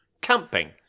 camping